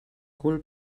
cul